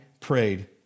prayed